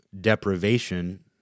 deprivation